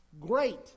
great